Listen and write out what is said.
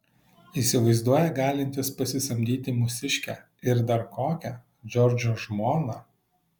įsivaizduoja galintis pasisamdyti mūsiškę ir dar kokią džordžo žmoną